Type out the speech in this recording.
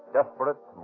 Desperate